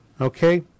Okay